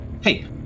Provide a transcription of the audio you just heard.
hey